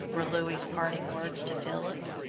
were louis' parting words to philip.